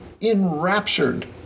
enraptured